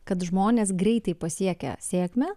kad žmonės greitai pasiekia sėkmę